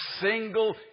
single